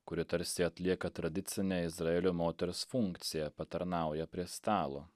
kuri tarsi atlieka tradicinę izraelio moters funkciją patarnauja prie stalo